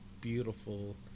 beautiful